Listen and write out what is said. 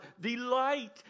Delight